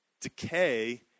decay